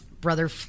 Brother